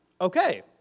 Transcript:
okay